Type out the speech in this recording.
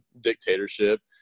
dictatorship